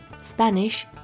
Spanish